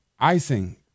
Icing